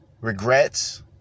regrets